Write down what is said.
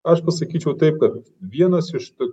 aš pasakyčiau taip kad vienas iš t